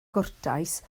gwrtais